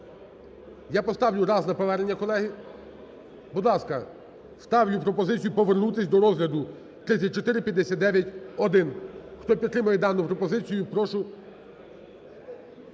Я поставлю раз на повернення, колеги. Будь ласка, ставлю пропозицію повернутись до розгляду 3459-1. Хто підтримає дану пропозицію, прошу